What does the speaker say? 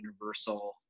universal